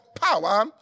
power